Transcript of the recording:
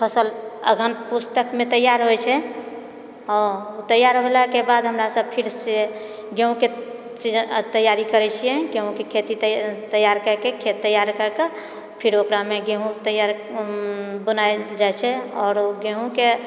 फसल अगहन पूस तकमे तैयार होइ छै तैयार भेलाके बाद हमरा सभ फिर से गेहूँके सीज तैयारी करै छियै गेहूँके खेती तै तैयार कए कऽ खेत तैयार कए कऽ फिर ओकरामे गेहूँ तैयार बुनाइल जाइ छै आओर गेहूँके